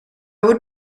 would